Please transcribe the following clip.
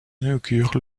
inaugure